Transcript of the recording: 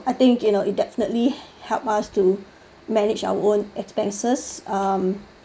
I think you know it definitely help us to manage our own expenses uh